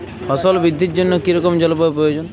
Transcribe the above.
ফসল বৃদ্ধির জন্য কী রকম জলবায়ু প্রয়োজন?